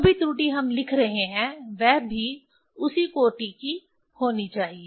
जो भी त्रुटि हम लिख रहे हैं वह भी उसी कोटि की होनी चाहिए